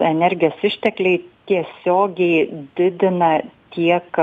energijos ištekliai tiesiogiai didina tiek